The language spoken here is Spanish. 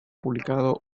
publicado